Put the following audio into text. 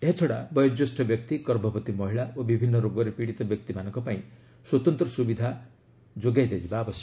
ଏହାଛଡ଼ା ବୟୋଜ୍ୟେଷ୍ଠ ବ୍ୟକ୍ତି ଗର୍ଭବତୀ ମହିଳା ଓ ବିଭିନ୍ନ ରୋଗରେ ପୀଡ଼ିତ ବ୍ୟକ୍ତିମାନଙ୍କ ପାଇଁ ସ୍ୱତନ୍ତ୍ର ସୁବିଧା ଯୋଗାଇ ଦିଆଯିବା ଉଚିତ